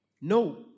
No